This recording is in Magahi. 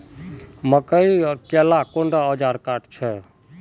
मकई के ला कुंडा ओजार काट छै?